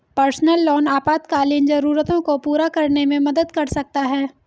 personal loan आपातकालीन जरूरतों को पूरा करने में मदद कर सकता है